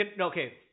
Okay